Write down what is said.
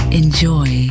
enjoy